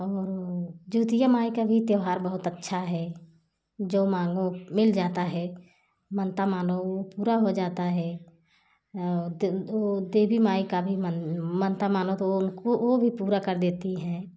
और जुतिया माई का भी त्यौहार बहुत अच्छा है जो मानो मिल जाता है मनता मानो पूरा हो जाता है वह देवी माई का भी मन मनता मानो तो उनको वह भी पूरा कर देती है